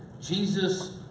Jesus